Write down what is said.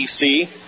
EC